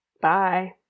Bye